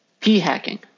p-hacking